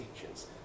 teachers